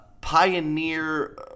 pioneer